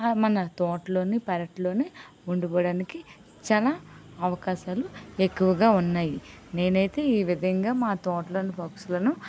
ఆ మన తోటలోని పెరట్లోనే ఉండిపోవడానికి చాలా అవకాశాలు ఎక్కువగా ఉన్నాయి నేను అయితే ఈ విధంగా మా తోటలోని పక్షులను